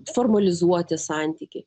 formalizuoti santykiai